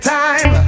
time